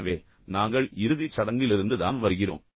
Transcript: எனவே நாங்கள் இறுதிச் சடங்கிலிருந்து தான் வருகிறோம்